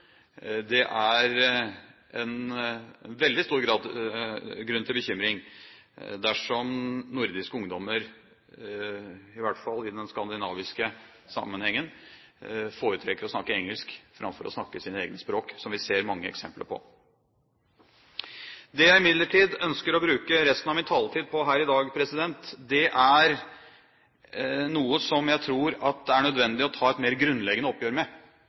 Det er veldig stor grunn til bekymring dersom nordiske ungdommer, i hvert fall i den skandinaviske sammenhengen, foretrekker å snakke engelsk framfor å snakke sine egne språk, som vi ser mange eksempler på. Det jeg imidlertid ønsker å bruke resten av min taletid på her i dag, er noe som jeg tror at det er nødvendig å ta et mer grunnleggende oppgjør med